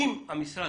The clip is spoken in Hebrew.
המשרד